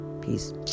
peace